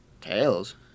Tails